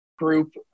group